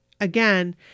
Again